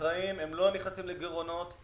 הם אחראים, הם לא נכנסים לגירעונות.